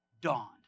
dawned